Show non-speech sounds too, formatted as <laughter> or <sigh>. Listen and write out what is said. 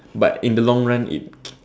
but in the long run it <noise>